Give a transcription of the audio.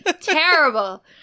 Terrible